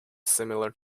similar